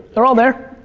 they're all there.